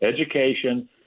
education